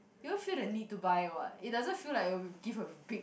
you won't feel the need to buy what it doesn't feel like will give a big